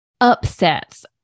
upsets